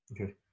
Okay